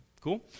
cool